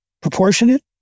proportionate